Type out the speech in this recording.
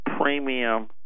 premium